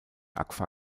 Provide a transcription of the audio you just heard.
agfa